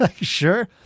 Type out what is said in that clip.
sure